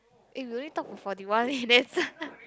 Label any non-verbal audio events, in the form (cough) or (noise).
eh we only talk for Forty One minutes (laughs)